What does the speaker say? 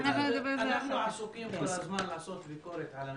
אנחנו עסוקים כל הזמן לעשות ביקורת על הממשלה,